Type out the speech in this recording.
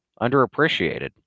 underappreciated